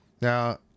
Now